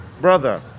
brother